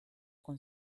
con